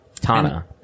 Tana